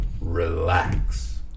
relax